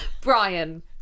Brian